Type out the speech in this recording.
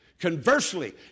Conversely